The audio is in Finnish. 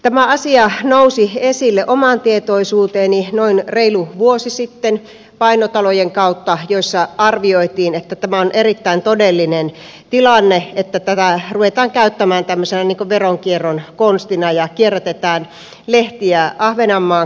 tämä asia nousi esille omaan tietoisuuteeni noin reilu vuosi sitten painotalojen kautta joissa arvioitiin että tämä on erittäin todellinen tilanne että tätä ruvetaan käyttämään tämmöisenä veronkierron konstina ja kierrätetään lehtiä ahvenanmaan kautta